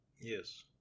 Yes